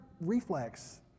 reflex